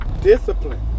discipline